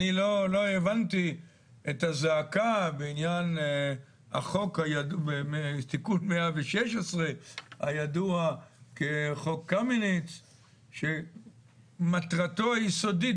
אני לא הבנתי את הזעקה בעניין תיקון 116 הידוע כחוק קמיניץ שמטרתו היסודית